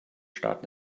staaten